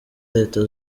leta